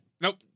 Nope